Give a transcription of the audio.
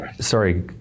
Sorry